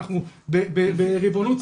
אנחנו בריבונות צבאית שם.